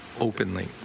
openly